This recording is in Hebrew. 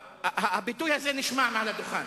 הביטוי הזה נשמע על הדוכן.